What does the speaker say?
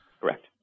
Correct